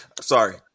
Sorry